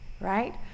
right